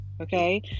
Okay